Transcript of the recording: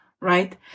Right